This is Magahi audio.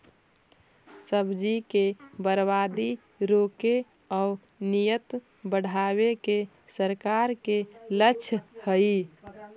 सब्जि के बर्बादी रोके आउ निर्यात बढ़ावे के सरकार के लक्ष्य हइ